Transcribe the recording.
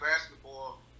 basketball